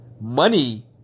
Money